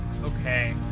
Okay